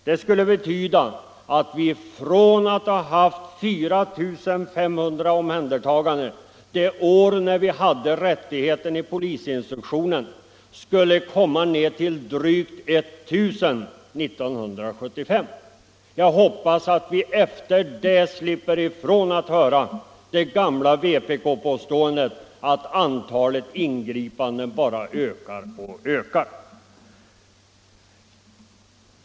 Det skulle betyda att vi, från att ha haft 4 500 omhändertaganden när vi hade rättigheten i polisinstruktionen, skulle komma ner till drygt 1 000 år 1975. Jag hoppas att vi efter detta slipper höra det gamla vpk-påståendet att antalet ingripanden bara ökar.